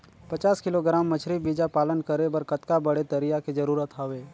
पचास किलोग्राम मछरी बीजा पालन करे बर कतका बड़े तरिया के जरूरत हवय?